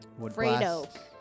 Fredo